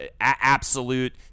absolute